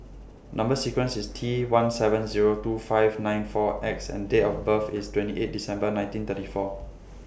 Number sequence IS T one seven Zero two five nine four X and Date of birth IS twenty eight December nineteen thirty four